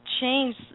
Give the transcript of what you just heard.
change